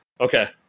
Okay